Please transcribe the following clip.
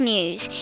News